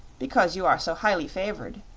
because you are so highly favored.